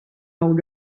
hawn